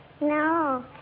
No